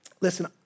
listen